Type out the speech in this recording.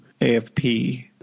AFP